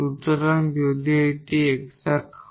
সুতরাং এখানে যদি এটি এক্সাট হয়